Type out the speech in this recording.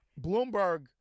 Bloomberg